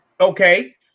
Okay